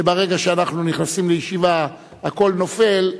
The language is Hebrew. וברגע שאנחנו נכנסים לישיבה הכול נופל,